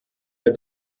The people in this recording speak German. der